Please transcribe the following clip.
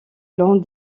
long